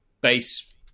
base